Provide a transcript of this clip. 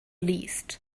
least